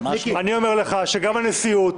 אני אומר לך שגם בנשיאות,